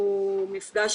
שהוא מפגע,